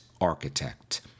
architect